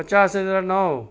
પચાસ હજાર નવ